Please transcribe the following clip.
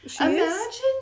imagine